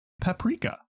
paprika